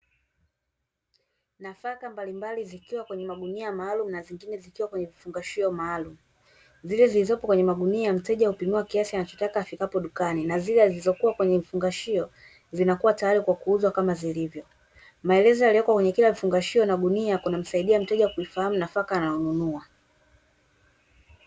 Nafaka mbalimbali zikiwa kwenye magunia maalumu na zingine zikiwa kwenye vifungashio maalum, zile zilizopo kwenye magunia mteja hupimiwa kiasi anachotaka afikapo dukani na zile zilizokuwa kwenye mifungashio zinakuwa tayari kwa kuuzwa kama zilivyo, maelezo yaliyokuwa kwenye kila vifungashio na gunia kunamsaidia mteja kuifahamu nafaka anaonunua.